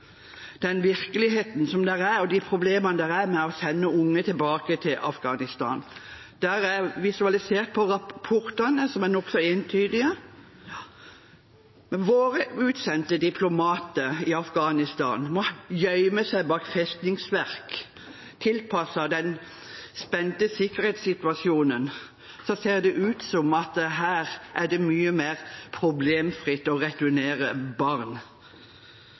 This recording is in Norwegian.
den virkeligheten som er, og de problemene som er med å sende unge tilbake til Afghanistan. Det er visualisert i rapportene, som er nokså entydige. Våre utsendte diplomater i Afghanistan må gjemme seg bak festningsverk tilpasset den spente sikkerhetssituasjonen. Så ser det ut som at det er mye mer problemfritt å returnere barn